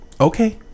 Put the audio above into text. Okay